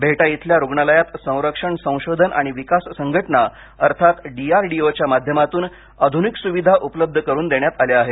बेहटा इथल्या रुग्णालयात संरक्षण संशोधन आणि विकास संघटना अर्थात डी आर डी ओ च्या माध्यमातून आधुनिक सुविधा उपलब्ध करून देण्यात आल्या आहेत